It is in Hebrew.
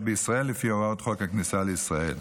בישראל לפי הוראות חוק הכניסה לישראל.